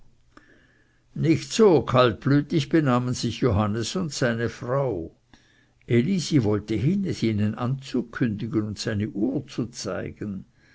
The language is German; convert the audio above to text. nicht so kaltblütig benahmen sich johannes und seine frau elisi wollte hin es ihnen anzukündigen und seine uhr zu zeigen